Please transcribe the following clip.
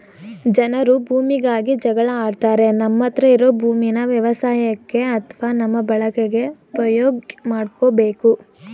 ಜನರು ಭೂಮಿಗಾಗಿ ಜಗಳ ಆಡ್ತಾರೆ ನಮ್ಮತ್ರ ಇರೋ ಭೂಮೀನ ವ್ಯವಸಾಯಕ್ಕೆ ಅತ್ವ ನಮ್ಮ ಬಳಕೆಗೆ ಉಪ್ಯೋಗ್ ಮಾಡ್ಕೋಬೇಕು